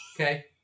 Okay